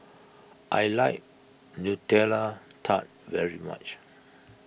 I like Nutella Tart very much